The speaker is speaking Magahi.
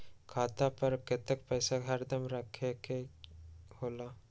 खाता पर कतेक पैसा हरदम रखखे के होला?